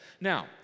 Now